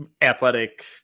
athletic